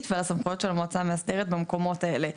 ועל הסמכויות של המועצה המאסדרת במקומות האלה.